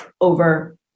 over